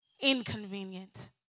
inconvenient